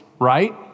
right